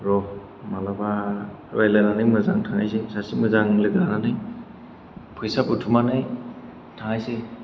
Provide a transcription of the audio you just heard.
र' मालाबा रायलायनानै मोजां थांनोसै सासे मोजां लोगो लानानै फैसा बुथुमनानै थांनायसै